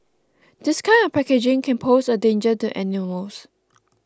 this kind of packaging can pose a danger to animals